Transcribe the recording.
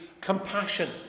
compassion